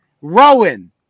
Rowan